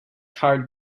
heart